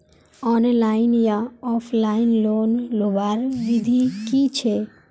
Online या offline loan लुबार विधि की छे?